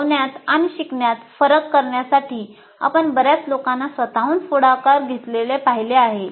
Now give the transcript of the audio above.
शिकवण्यात आणि शिकण्यात फरक करण्यासाठी आपण बर्याच लोकांना स्वतःहून पुढाकार घेतलेले पाहिले आहे